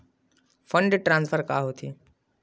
Fund transfer का होथे?